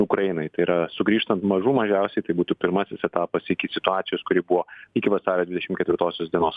ukrainai tai yra sugrįžtant mažų mažiausiai tai būtų pirmasis etapas iki situacijos kuri buvo iki vasario dvidešim ketvirtosios dienos